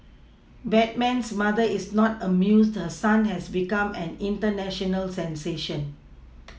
Batman's mother is not amused her son has become an international sensation